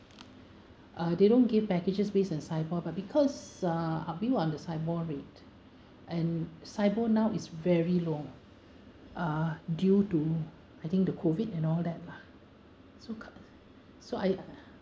ah they don't give packages based on SIBOR but because uh we were on the SIBOR rate and SIBOR now is very low uh due to I think the COVID and all that lah so co~ so I